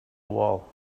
wall